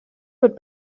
would